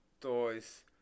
toys